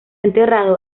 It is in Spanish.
enterrado